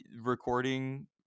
recording